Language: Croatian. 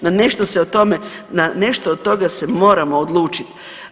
No nešto se o tome, na nešto od toga se moramo odlučiti.